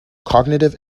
cognitive